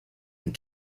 and